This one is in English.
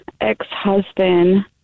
ex-husband